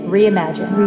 Reimagine